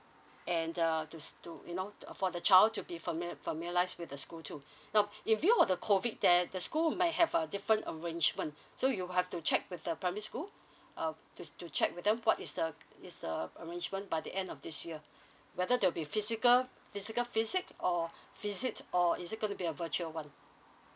and uh to to you know uh for the child to be familiar familiarise with the school too now if the COVID then the school may have a different arrangement so you have to check with the primary school um just to check with them what is the is the arrangement by the end of this year whether there'll be physical physical physics or physics or is it going to be a virtual one